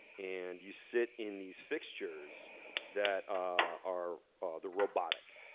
and you sit in these fixtures that are ah the robotic.